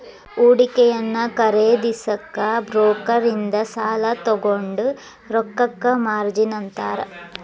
ಹೂಡಿಕೆಯನ್ನ ಖರೇದಿಸಕ ಬ್ರೋಕರ್ ಇಂದ ಸಾಲಾ ತೊಗೊಂಡ್ ರೊಕ್ಕಕ್ಕ ಮಾರ್ಜಿನ್ ಅಂತಾರ